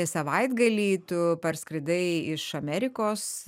savaitgalį tu parskridai iš amerikos